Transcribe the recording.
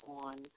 on